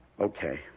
Okay